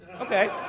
Okay